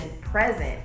present